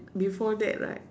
before that right